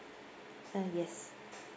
ah yes